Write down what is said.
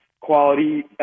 quality